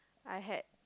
I had